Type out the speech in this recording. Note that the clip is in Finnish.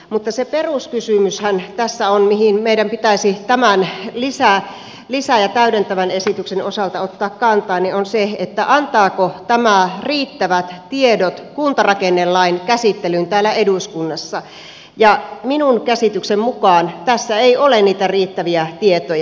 mutta se peruskysymyshän mihin meidän pitäisi tämän lisä ja täydentävän esityksen osalta ottaa kantaa tässä on se antaako tämä riittävät tiedot kuntarakennelain käsittelyyn täällä eduskunnassa ja minun käsityksen mukaan tässä ei ole niitä riittäviä tietoja